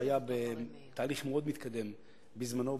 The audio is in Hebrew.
שהיה בתהליך מאוד מתקדם בזמנו,